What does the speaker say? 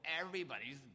everybody's